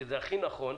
שזה הכי נכון,